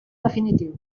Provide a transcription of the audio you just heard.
definitiu